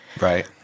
Right